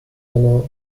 canoe